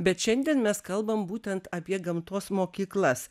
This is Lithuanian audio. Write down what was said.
bet šiandien mes kalbam būtent apie gamtos mokyklas